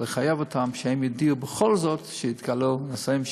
לחייב אותם שהם יודיעו בכל זאת שהתגלו נשאים,